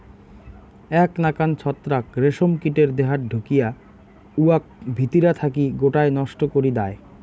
এ্যাক নাকান ছত্রাক রেশম কীটের দেহাত ঢুকিয়া উয়াক ভিতিরা থাকি গোটায় নষ্ট করি দ্যায়